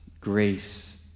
Grace